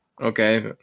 Okay